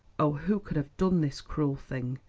oh, who could have done this cruel thing?